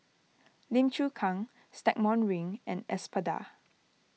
Lim Chu Kang Stagmont Ring and Espada